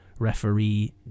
referee